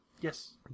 yes